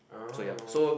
oh